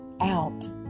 out